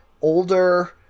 older